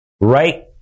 right